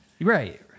Right